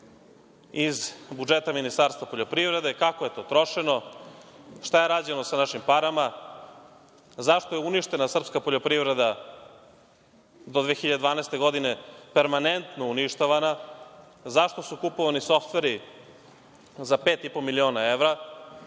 iz budžeta Ministarstva poljoprivrede, kako je trošeno, šta je rađeno sa našim parama, zašto je uništena srpska poljoprivreda do 2012. godine permanentno uništavana, zašto su kupovani softveri za pet i po miliona evra,